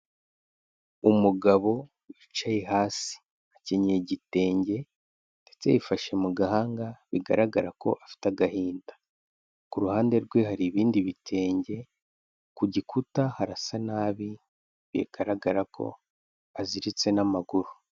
Umugabo wicaye hasi akenyeye igitenge ndetse yifashe mu gahanga bigaragara ko afite agahinda, ku ruhande rwe hari ibindi bitenge, ku gikuta harasa nabi, bigaragara ko aziritse n'amaguru.